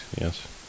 yes